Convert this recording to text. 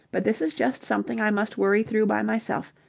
but this is just something i must worry through by myself.